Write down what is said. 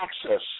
access